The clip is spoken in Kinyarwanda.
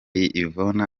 yvonne